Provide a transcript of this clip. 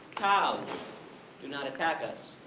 cows do not attack us.